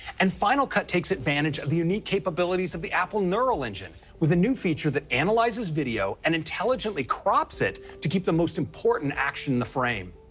and final cut takes advantage of the unique capabilities of the apple neural engine with a new feature that analyzes video and intelligently crops it to keep the most important action in the frame.